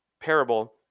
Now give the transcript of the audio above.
parable